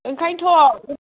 ओंखायनथ'